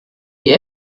die